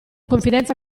confidenza